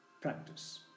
practice